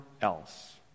else